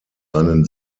einen